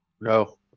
No